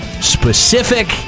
specific